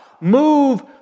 move